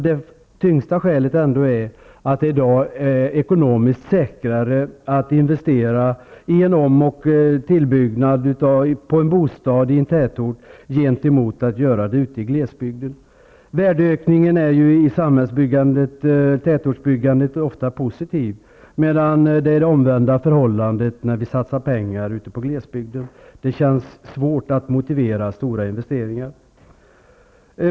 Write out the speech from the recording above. Det tyngsta skälet är kanske att det i dag är ekonomiskt säkrare att investera i en om och tillbyggnad i en bostad i en tätort än att göra det i en bostad i glesbygden. Värdeökningen i byggnader i tätorter är ju ofta positiv, medan det omvända förhållandet gäller när man satsar pengar ute i glesbygden. Det känns svårt att motivera stora investeringar.